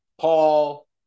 Paul